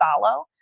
follow